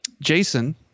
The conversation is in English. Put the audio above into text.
Jason